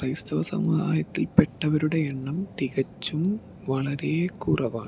ക്രൈസ്തവ സമുദായത്തിൽ പെട്ടവരുടെ എണ്ണം തികച്ചും വളരേ കുറവാണ്